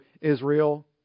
Israel